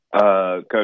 Coach